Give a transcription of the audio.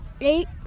Eight